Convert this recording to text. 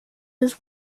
his